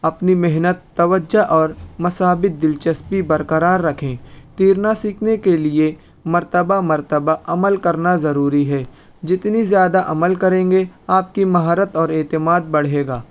اپنی محنت توجہ اور مثابت دلچسپی برقرار رکھیں تیرنا سیکھنے کے لیے مرتبہ مرتبہ عمل کرنا ضروری ہے جتنی زیادہ عمل کریں گے آپ کی مہارت اور اعتماد بڑھے گا